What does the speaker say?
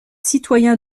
citoyen